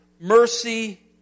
mercy